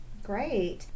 Great